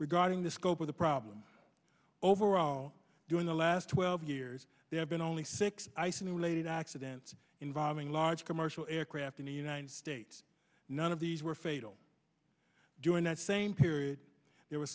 regarding the scope of the problem overall during the last twelve years they have been only six isolated accidents involving large commercial aircraft in the united states none of these were fatal during that same period there was